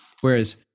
whereas